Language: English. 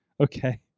okay